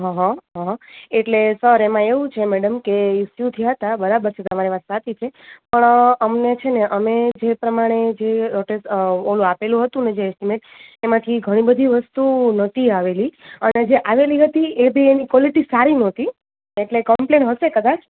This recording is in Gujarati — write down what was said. હં હં હં હં એટલે સર એમાં એવું છે મેડમ કે ઇસ્યુ થયા હતા બરાબર છે તમારી વાત સાચી છે પણ અમને છે ને અમે જે પ્રમાણે જે રોટેટ ઓલું આપેલું હતું ને જે એસ્ટીમેટ એમાંથી એ ઘણી બધી વસ્તુ નહોતી આવેલી અને જે આવેલી હતી એ બી એની કોલેટી સારી નહોતી એટલે કમ્પલેન હશે કદાચ